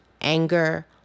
anger